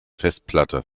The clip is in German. festplatte